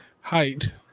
height